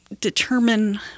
determine